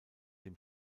dem